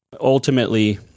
ultimately